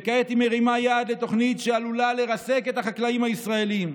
וכעת היא מרימה יד לתוכנית שעלולה לרסק את החקלאים הישראלים.